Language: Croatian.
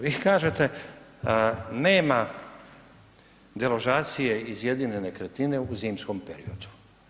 Vi kažete nema deložacije iz jedine nekretnine u zimskom periodu.